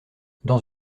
dans